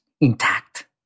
intact